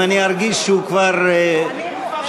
אם אני ארגיש שהוא כבר שפוך,